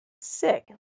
Sick